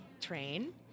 Train